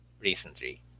recently